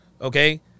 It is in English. okay